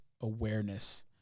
awareness